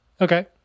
okay